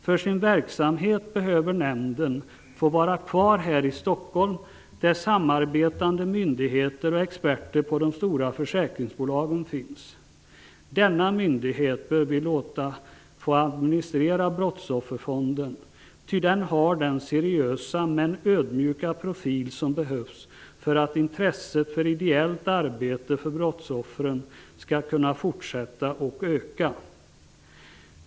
För sin verksamhet behöver nämnden få vara kvar här i Stockholm, där samarbetande myndigheter och experter på de stora försäkringsbolagen finns. Vi bör låta denna myndighet administrera brottsofferfonden, ty den har den seriösa men ödmjuka profil som behövs för att intresset för ideellt arbete för brottsoffren skall fortsätta att öka.